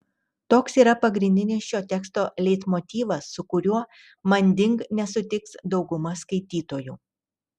toks yra pagrindinis šio teksto leitmotyvas su kuriuo manding nesutiks dauguma skaitytojų